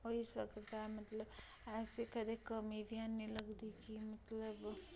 होई सकदा मतलब ऐसी कदें कमी बी हैनी लगदी कि मतलब